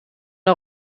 der